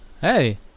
Hey